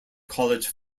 college